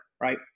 right